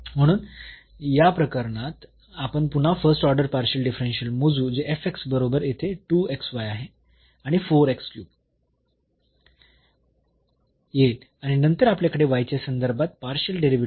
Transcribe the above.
म्हणून या प्रकरणात आपण पुन्हा फर्स्ट ऑर्डर पार्शियल डेरिव्हेटिव्ह मोजू जे बरोबर येथे आहे आणि येईल आणि नंतर आपल्याकडे च्या संदर्भात पार्शियल डेरिव्हेटिव्ह आहे